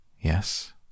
Yes